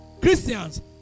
Christians